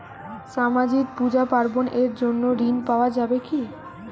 সামাজিক পূজা পার্বণ এর জন্য ঋণ পাওয়া যাবে কি?